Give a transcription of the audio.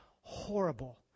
horrible